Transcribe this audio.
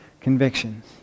convictions